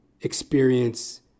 experience